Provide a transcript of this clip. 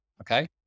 Okay